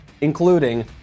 including